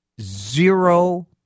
zero